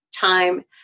time